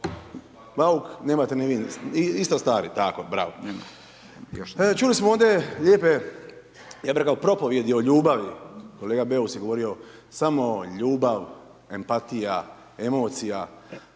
Bauk, nemate ni vi, isto stari, tako bravo. Čuli smo ovdje lijepe ja bi rekao propovijedi o ljubavi, kolega Beus je govorio samo ljubav, empatija, emocija,